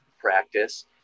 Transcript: practice